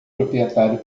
proprietário